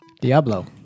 Diablo